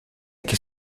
que